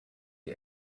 die